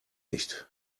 nicht